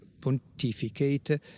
pontificate